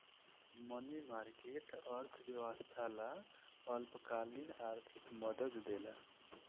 मनी market, अर्थव्यवस्था ला अल्पकालिक आर्थिक मदद देला